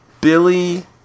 Billy